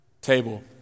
table